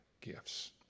gifts